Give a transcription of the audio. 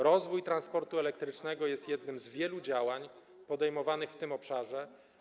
Rozwój transportu elektrycznego jest jednym z wielu działań, podejmowanych w tym obszarze.